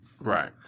Right